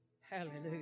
hallelujah